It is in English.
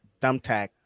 thumbtack